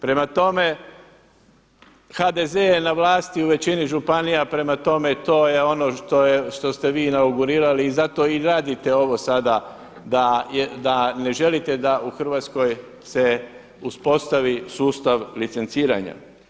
Prema tome, HDZ je na vlasti u većina županija, prema tome to je ono što ste vi inaugurirali i zato i radite ovo sada da ne želite da se u Hrvatskoj postavi sustav licenciranja.